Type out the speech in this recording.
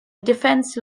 defence